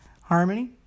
Harmony